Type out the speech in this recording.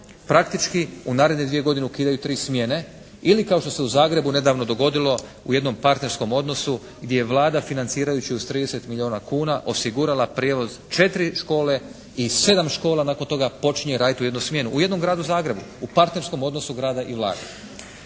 praktički u naredne dvije godine ukidaju tri smjene ili kao što se u Zagrebu nedavno dogodilo u jednom partnerskom odnosu gdje je Vlada financirajući uz 30 milijuna kuna osigurala prijevoz četiri škole i 7 škola nakon toga počinje raditi u jednoj smjeni u jednom Gradu Zagrebu u partnerskom odnosu grada i Vlade.